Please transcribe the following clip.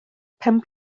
pen